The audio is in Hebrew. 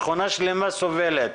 שכונה שלמה סובלת.